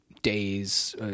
Days